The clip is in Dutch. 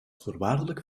voorwaardelijk